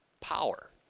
power